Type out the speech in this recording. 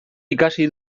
ikasi